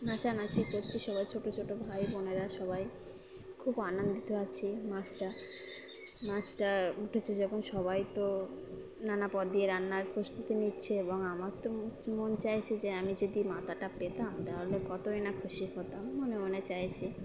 নাচানাচি করছি সবাই ছোটো ছোটো ভাই বোনেরা সবাই খুব আনন্দিত আছে মাছটা মাছটা উঠেছে যখন সবাই তো নানা পদ দিয়ে রান্নার প্রস্তুতি নিচ্ছে এবং আমার তো মন চাইছে যে আমি যদি মাছটা পেতাম তাহলে কতই না খুশি হতাম মনে মনে চাইছি